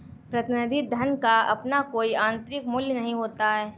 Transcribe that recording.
प्रतिनिधि धन का अपना कोई आतंरिक मूल्य नहीं होता है